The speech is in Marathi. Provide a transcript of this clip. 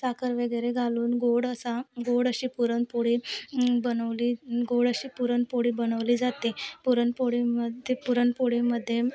साखर वगैरे घालून गोड असा गोड अशी पुरणपोळी बनवली गोड अशी पुरणपोळी बनवली जाते पुरणपोळीमध्ये पुरणपोळीमध्ये